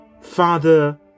Father